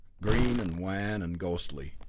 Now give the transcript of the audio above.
green and wan and ghostly,